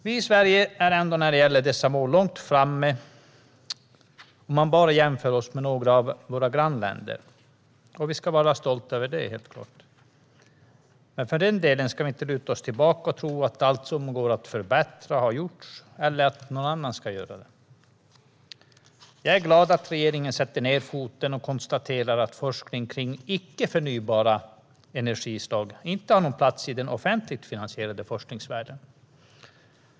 Vi i Sverige är, när det gäller dessa mål, långt framme om man bara jämför oss med några av våra grannländer, och det ska vi helt klart vara stolta över. Men för den skull ska vi inte luta oss tillbaka och tro att allt som går att förbättra har gjorts eller att någon annan ska göra det. Jag är glad att regeringen sätter ned foten och konstaterar att forskning kring icke förnybara energislag inte har någon plats i den offentligt finansierade forskningsvärlden.